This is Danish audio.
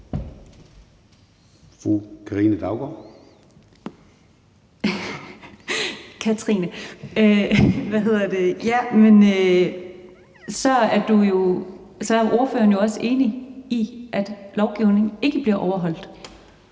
Katrine! Så er ordføreren jo også enig i, at lovgivningen ikke bliver overholdt.